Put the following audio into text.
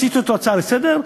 הפכתי את זה להצעה לסדר-היום,